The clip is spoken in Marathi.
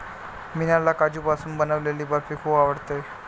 मीनाला काजूपासून बनवलेली बर्फी खूप आवडते